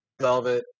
Velvet